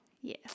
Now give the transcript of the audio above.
Yes